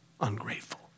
ungrateful